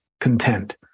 content